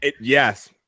yes